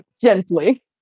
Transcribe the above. Gently